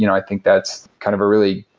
you know i think that's kind of a really,